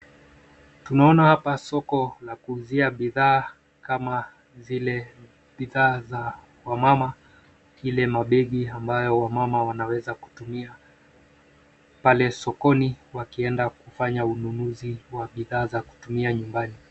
Tunaona hapa soko la kuuzia bidhaa kama vile bidhaa za wamama vile mabegi ambayo wamama wanaweza kutumia pale sokoni wakienda kufanya ununuzi wa bidhaa za kutumia nyumbani.